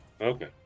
Okay